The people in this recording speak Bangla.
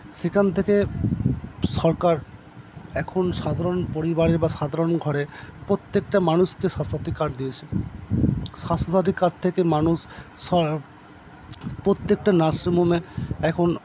সেখান থেকে সরকার এখন সাধারণ পরিবারের বা সাধারণ ঘরের প্রত্যেকটা মানুষকে স্বাস্থ্য সাথি কার্ড দিয়েছে স্বাস্থ্য সাথি কার্ড থেকে মানুষ প্রত্যেকটা নার্সিং হোমে এখন